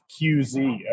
QZ